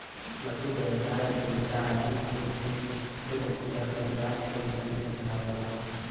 लघु व्यवसाय उद्यमिता आदमी खुद या परिवार के मदद से चलावला